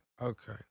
okay